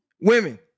Women